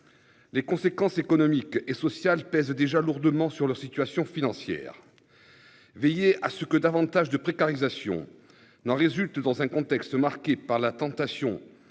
Les conséquences économiques et sociales pèsent déjà lourdement sur leur situation financière. Veiller à ce que davantage de précarisation n'en résulte dans un contexte marqué par la tentation